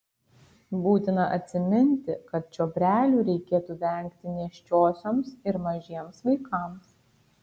būtina atsiminti kad čiobrelių reikėtų vengti nėščiosioms ir mažiems vaikams